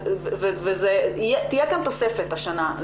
ותהיה כאן תוספת השנה.